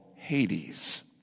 Hades